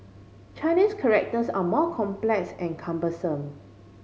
Chinese characters are more complex and cumbersome